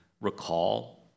recall